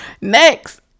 Next